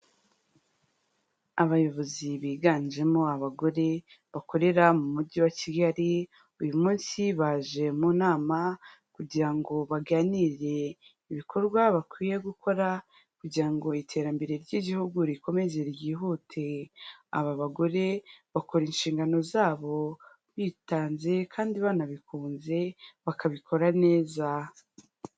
Abayobozi biganjemo abagore bakorera mu mujyi wa Kigali, uyu munsi baje mu nama kugira ngo baganire, ibikorwa bakwiye gukora kugira ngo iterambere ry'igihugu rikomeze ryihute, aba bagore bakora inshingano zabo bitanze kandi banabikunze bakabikora neza.